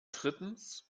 drittens